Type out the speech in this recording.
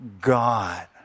god